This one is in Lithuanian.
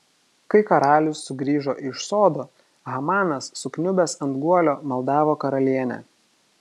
kai karalius sugrįžo iš sodo hamanas sukniubęs ant guolio maldavo karalienę